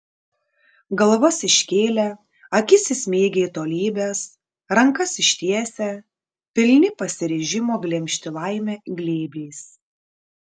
galvas iškėlę akis įsmeigę į tolybes rankas ištiesę pilni pasiryžimo glemžti laimę glėbiais